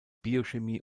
biochemie